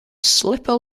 slipper